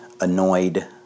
annoyed